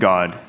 God